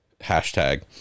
Hashtag